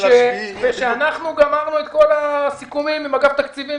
ואנחנו גמרנו את כל הסיכומים עם אגף תקציבים,